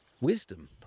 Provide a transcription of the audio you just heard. wisdom